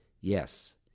Yes